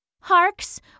Hark's